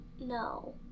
No